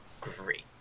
great